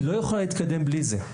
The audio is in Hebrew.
היא לא יכולה להתקדם בלי זה.